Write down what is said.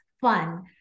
fun